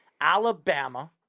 Alabama